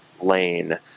lane